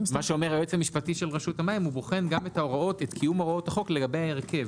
כלומר היועץ המשפטי של רשות המים בוחן גם קיום הוראות החוק לגבי ההרכב.